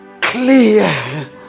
clear